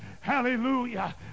Hallelujah